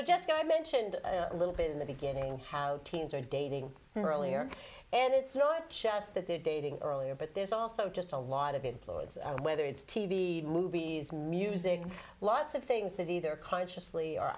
go i mentioned a little bit in the beginning how teens are dating earlier and it's not just that they're dating earlier but there's also just a lot of influence whether it's t v movies music lots of things that either consciously or